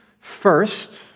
First